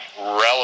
relevant